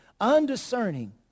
undiscerning